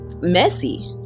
messy